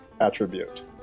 attribute